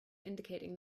indicating